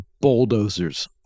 bulldozers